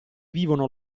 vivono